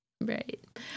Right